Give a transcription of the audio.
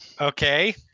Okay